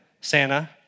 Santa